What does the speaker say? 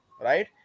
right